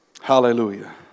Hallelujah